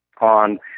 on